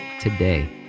Today